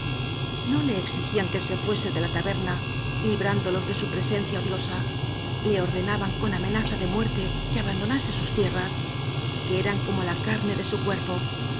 no le exigían que se fuese de la taberna librándolos de su presencia odiosa le ordena ban con amenaza de muerte que abandonase sus tierras que eran como la carne de su cuer